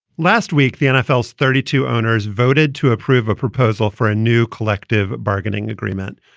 last week, the nfl thirty two owners voted to approve a proposal for a new collective bargaining agreement.